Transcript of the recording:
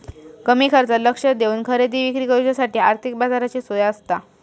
कमी खर्चात लक्ष देवन खरेदी विक्री करुच्यासाठी आर्थिक बाजाराची सोय आसता